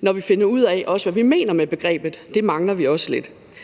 når vi finder ud af, hvad vi mener med begrebet. Det mangler vi også lidt.